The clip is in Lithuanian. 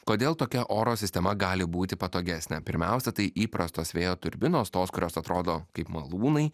kodėl tokia oro sistema gali būti patogesnė pirmiausia tai įprastos vėjo turbinos tos kurios atrodo kaip malūnai